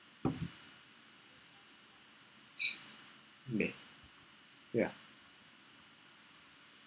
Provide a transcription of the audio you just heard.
meh ya